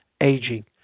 aging